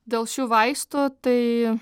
dėl šių vaistų tai